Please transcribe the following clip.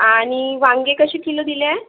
आणि वांगे कसे किलो दिले